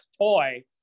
toy